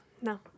no